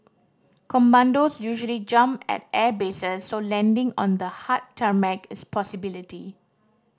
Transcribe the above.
commandos usually jump at airbases so landing on the hard tarmac is a possibility